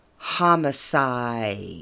Homicide